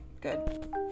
good